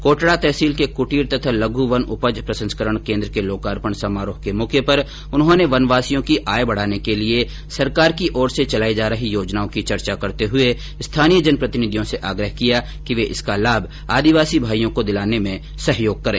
कोटडा तहसील के कूटीर तथा लघु वन उपज प्रसंस्करण केन्द्र के लोकार्पण समारोह के मौके पर उन्होंने वनवासियों की आय बेढाने के लिए सरकार की और से चलायी जा रही योजनाओं की चर्चा करते हुये स्थानीय जनप्रतिनिधियों से आग्रह किया वे इसका लाभ आदिवासी भाईयों को दिलाने में सहयोग करें